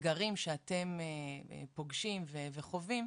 שהאתגרים שאתם פוגשים וחווים,